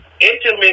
intimate